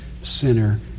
sinner